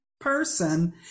person